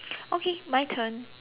okay my turn